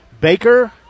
Baker